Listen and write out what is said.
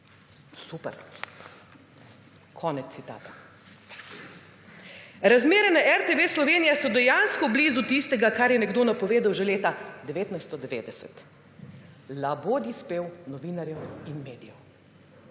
Super.« Konec citata. Razmere na RTV Slovenija so dejansko blizu tistega, kar je nekdo napovedal že leta 1990 − labodji spev novinarjev in medijev